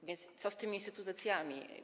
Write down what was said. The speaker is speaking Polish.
A więc co z tymi instytucjami?